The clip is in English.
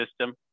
system